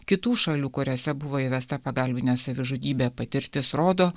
kitų šalių kuriose buvo įvesta pagalbinė savižudybė patirtis rodo